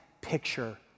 picture